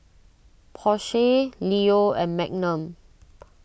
Porsche Leo and Magnum